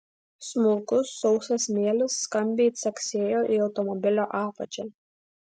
smulkus sausas smėlis skambiai caksėjo į automobilio apačią